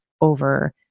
over